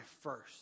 first